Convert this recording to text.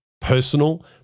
personal